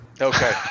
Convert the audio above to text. Okay